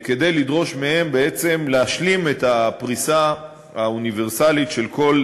כדי לדרוש מהן בעצם להשלים את הפריסה האוניברסלית לכל